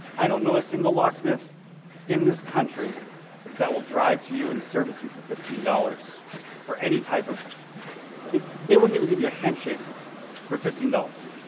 i don't know a single locksmith in this country that will drive to you and service you for fifteen dollars for any type of they wouldn't even give you a handshake for fifteen dollars.